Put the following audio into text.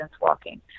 walking